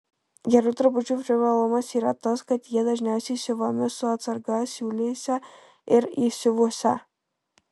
gerų drabužių privalumas yra tas kad jie dažniausiai siuvami su atsarga siūlėse ir įsiuvuose